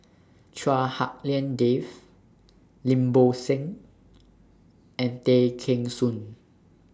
Chua Hak Lien Dave Lim Bo Seng and Tay Kheng Soon